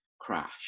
crash